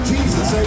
Jesus